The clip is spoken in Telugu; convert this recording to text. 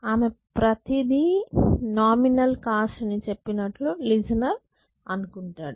ఆమె ప్రతిదీ నామినల్ కాస్ట్ అని చెప్పినట్లు లిజనర్ అనుకుంటాడు